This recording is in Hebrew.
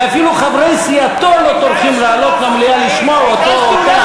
ואפילו חברי סיעתו לא טורחים לעלות למליאה לשמוע אותו או אותה,